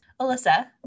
Alyssa